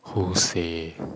hosei